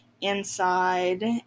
inside